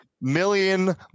million